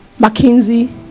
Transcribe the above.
McKinsey